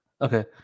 okay